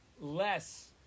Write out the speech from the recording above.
less